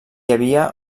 havia